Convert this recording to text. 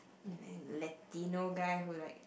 Latino guy who like